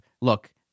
look